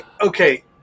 okay